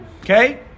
okay